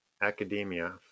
academia